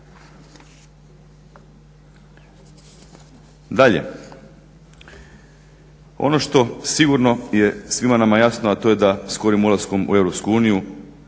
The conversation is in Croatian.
Dalje. Ono što sigurno je svima nama jasno, a to je da skorim ulaskom u